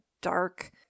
dark